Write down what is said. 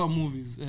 movies